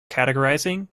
categorizing